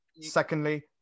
Secondly